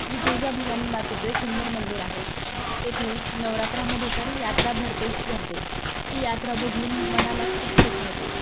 श्री तुळजा भवानी मातेचं सुंदर मंदिर आहे तेथे नवरात्रामध्ये तर यात्रा भरतेच भरते ती यात्रा बघून मनाला खूप सुखावते